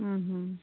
ଉଁ ହଁ